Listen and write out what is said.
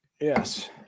Yes